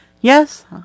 Yes